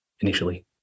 initially